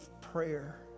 prayer